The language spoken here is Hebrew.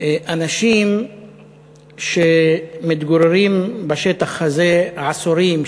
אנשים שמתגוררים בשטח הזה עשורים,